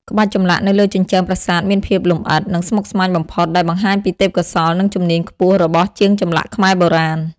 ក្បាច់ចម្លាក់នៅលើជញ្ជាំងប្រាសាទមានភាពលម្អិត និងស្មុគស្មាញបំផុត ដែលបង្ហាញពីទេពកោសល្យ និងជំនាញខ្ពស់របស់ជាងចម្លាក់ខ្មែរបុរាណ។